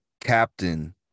captain